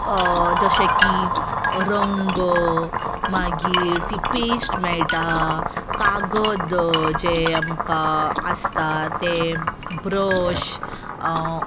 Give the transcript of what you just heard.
जशें की रंग मागीर ती पेस्ट मेळटा कागद जें आमकां आसता तें ब्रश